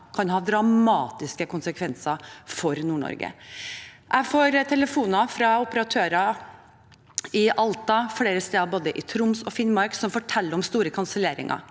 kan ha dramatiske konsekvenser for Nord-Norge. Jeg får telefoner fra operatører i Alta og flere andre steder, både i Troms og Finnmark, som forteller om store kanselleringer